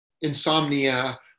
insomnia